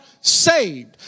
saved